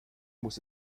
muss